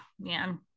man